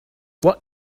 what